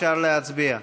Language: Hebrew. אפשר להצביע.